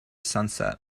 sunset